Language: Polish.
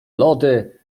lody